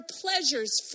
pleasures